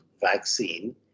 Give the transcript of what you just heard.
vaccine